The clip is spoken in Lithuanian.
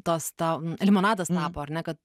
tos tau limonadas tapo ar ne kad